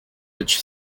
which